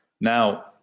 Now